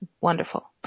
wonderful